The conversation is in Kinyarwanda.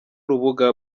n’urubuga